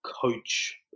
coach